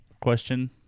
question